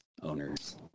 owners